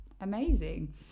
amazing